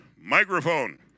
microphone